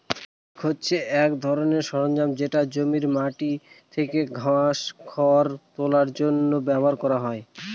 rake হছে এক ধরনের সরঞ্জাম যেটা জমির মাটি থেকে ঘাস, খড় তোলার জন্য ব্যবহার করা হয়